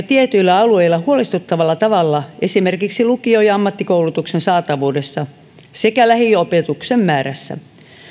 tietyillä alueilla huolestuttavalla tavalla esimerkiksi lukio ja ammattikoulutuksen saatavuudessa sekä lähiopetuksen määrässä